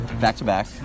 back-to-back